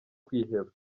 kwiheba